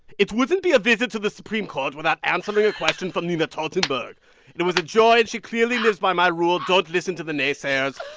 it wouldn't be a visit to the supreme court without answering a question from nina totenberg. and it was a joy, and she clearly lives by my rule, don't listen to the naysayers.